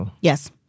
Yes